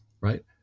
right